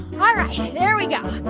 um ah right. there we go.